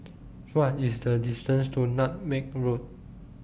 What IS The distance to Nutmeg Road